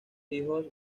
hijos